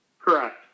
Correct